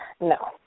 No